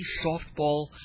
softball